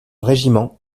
régiment